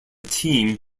team